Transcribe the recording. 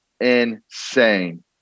insane